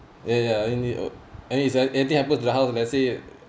ya ya you need and it's uh anything happen to the house let's say